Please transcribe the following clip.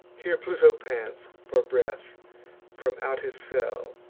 here pluto pants for breath from out his cell,